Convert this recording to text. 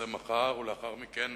שיתפרסם מחר, ולאחר מכן